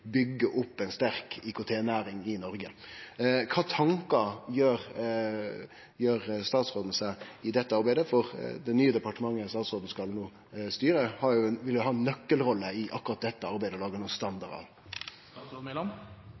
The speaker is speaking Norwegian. opp ei sterk IKT-næring i Noreg. Kva tankar gjer statsråden seg i dette arbeidet? For det nye departementet statsråden no skal styre, vil jo ha ei nøkkelrolle i akkurat dette arbeidet,